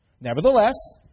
Nevertheless